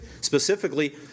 Specifically